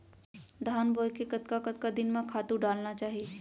धान बोए के कतका कतका दिन म खातू डालना चाही?